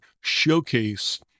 showcase